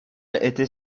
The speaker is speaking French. était